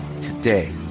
Today